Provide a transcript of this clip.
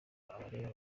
abareba